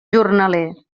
jornaler